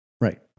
Right